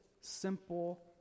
simple